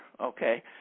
Okay